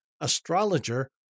astrologer